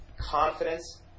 confidence